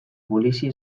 polizia